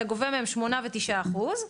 אתה גובה מהם שמונה ותשעה אחוז,